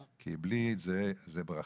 כי בלי זה זה ברכה,